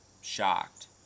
shocked